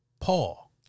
Paul